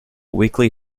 weakly